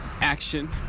Action